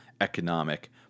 economic